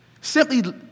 Simply